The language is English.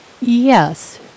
Yes